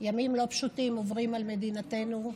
ימים לא פשוטים עוברים על מדינתנו,